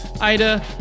Ida